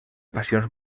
passions